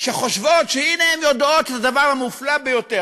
שחושבות שהנה הן יודעות את הדבר המופלא ביותר.